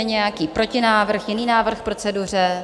Je nějaký protinávrh, jiný návrh k proceduře?